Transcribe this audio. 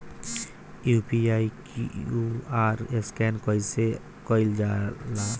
UPI QR scan कइसे कईल जा ला?